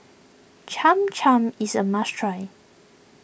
Cham Cham is a must try